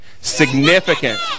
Significant